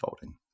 folding